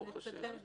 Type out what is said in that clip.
ברוך השם.